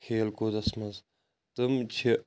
کھیل کوٗدَس منٛز تِم چھِ